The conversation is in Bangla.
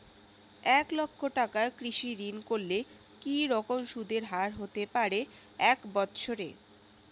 এক লক্ষ টাকার কৃষি ঋণ করলে কি রকম সুদের হারহতে পারে এক বৎসরে?